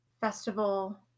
festival